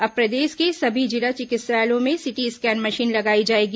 अब प्रदेश के सभी जिला चिकित्सालयों में सिटी स्कैन मशीन लगाई जाएगी